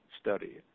study